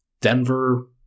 Denver